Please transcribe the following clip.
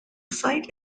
site